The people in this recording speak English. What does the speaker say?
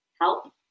Help